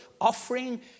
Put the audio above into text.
offering